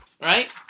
right